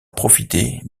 profiter